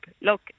look